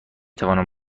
توانم